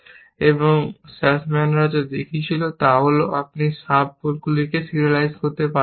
এবং সাসম্যানরা যা দেখিয়েছিলেন তা হল আপনি সাব গোলগুলিকে সিরিয়ালাইজ করতে পারবেন না